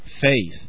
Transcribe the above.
Faith